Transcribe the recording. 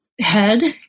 head